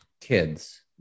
kids